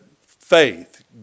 faith